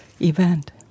event